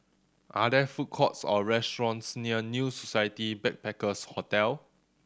are there food courts or restaurants near New Society Backpackers' Hotel